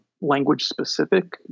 language-specific